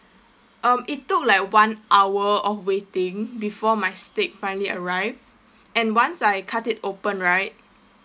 um it took like one hour of waiting before my steak finally arrived and once I cut it open right